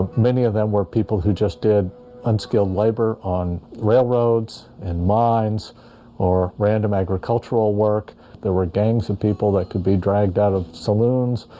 many of them were people who just did unskilled labor on railroads and mines or random agricultural work there were gangs of people that could be dragged out of saloons.